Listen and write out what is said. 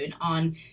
on